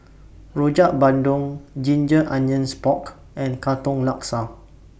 Rojak Bandung Ginger Onions Pork and Katong Laksa